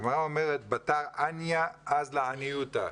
הגמרא אומרת, "בתר עניא אזלא עניותא".